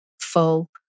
full